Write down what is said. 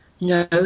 No